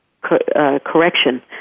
correction